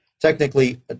Technically